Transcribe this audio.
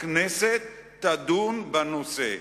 הכנסת תדון בנושא.